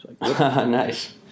Nice